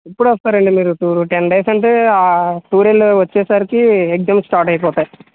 ఎప్పుడొస్తారండి మీరు tour ten days అంటే tour వెళ్ళి వచ్చేసరికి ఎగ్జామ్స్ స్టార్ట్ అయిపోతాయి